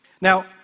Now